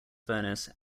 furnace